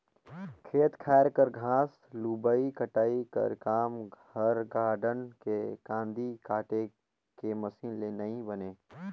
खेत खाएर कर घांस लुबई कटई कर काम हर गारडन के कांदी काटे के मसीन ले नी बने